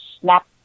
snap